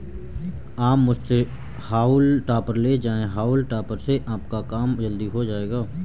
आप मुझसे हॉउल टॉपर ले जाएं हाउल टॉपर से आपका काम जल्दी हो जाएगा